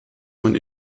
man